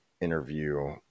interview